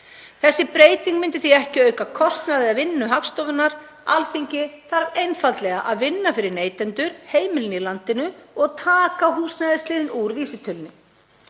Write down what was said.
Þessi breyting myndi því ekki auka kostnað eða vinnu Hagstofunnar. Alþingi þarf einfaldlega að vinna fyrir neytendur, heimilin í landinu, og taka húsnæðisliðinn úr vísitölunni.